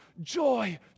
Joy